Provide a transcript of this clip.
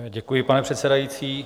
Děkuji, pane předsedající.